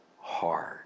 hard